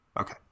Okay